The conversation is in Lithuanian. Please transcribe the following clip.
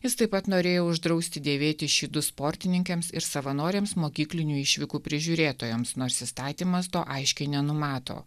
jis taip pat norėjo uždrausti dėvėti šydus sportininkėms ir savanoriams mokyklinių išvykų prižiūrėtojams nors įstatymas to aiškiai nenumato